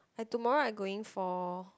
I tomorrow I going for